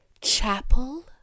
chapel